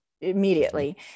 immediately